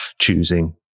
choosing